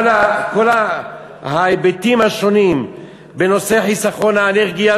כל ההיבטים השונים בנושא חיסכון באנרגיה,